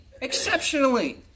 Exceptionally